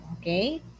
Okay